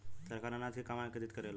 सरकार अनाज के कहवा एकत्रित करेला?